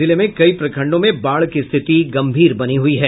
जिले में कई प्रखंडों में बाढ़ की स्थिति गम्भीर बनी हुई है